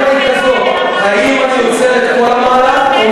הדילמה היא כזאת: האם אני עוצר את כל המהלך או